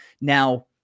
Now